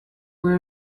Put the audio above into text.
were